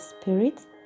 spirits